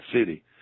city